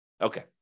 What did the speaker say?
Okay